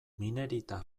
minerita